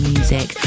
Music